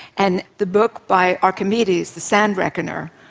and the book by archimedes, the sand reckoner,